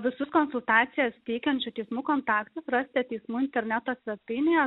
visus konsultacijas teikiančių teismų kontaktus rasite teismų interneto svetainėje